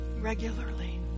regularly